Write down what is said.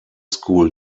school